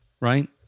Right